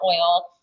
oil